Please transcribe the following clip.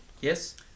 yes